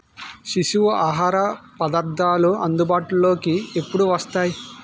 శిశువు ఆహార పదార్థాలు అందుబాటులోకి ఎప్పుడు వస్తాయి